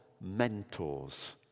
mentors